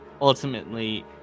ultimately